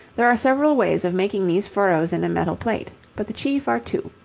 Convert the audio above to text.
there are several ways of making these furrows in a metal plate, but the chief are two.